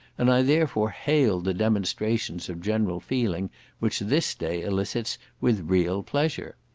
and i therefore hailed the demonstrations of general feeling which this day elicits with real pleasure.